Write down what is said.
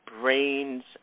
brains